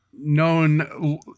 known